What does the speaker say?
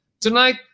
Tonight